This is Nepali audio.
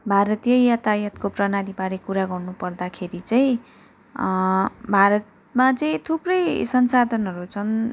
भारतीय यातायातको प्रणालीबारे कुरा गर्नुपर्दाखेरि चाहिँ भारतमा चाहिँ थुप्रै संसाधनहरू छन्